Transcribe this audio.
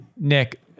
Nick